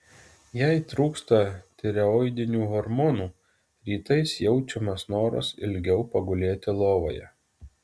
jei trūksta tireoidinių hormonų rytais jaučiamas noras ilgiau pagulėti lovoje